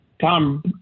Tom